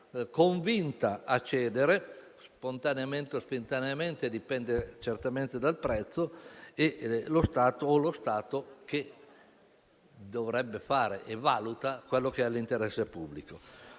convinta a cedere - spontaneamente o spintaneamente dipende certamente dal prezzo - o lo Stato che dovrebbe fare e valutare l'interesse pubblico.